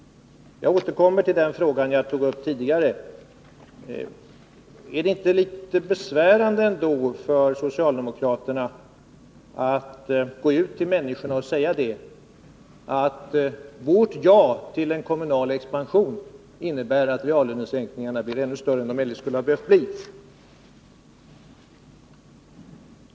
Jag återkommer till den fråga jag tog upp tidigare: Är det inte litet besvärande för socialdemokraterna att gå ut till människorna och säga att deras ja till en kommunal expansion innebär att reallönesänkningarna blir ännu större än de eljest skulle ha behövt bli?